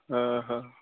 ହଁ ହଁ